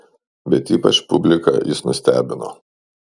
bet ypač publiką jis nustebino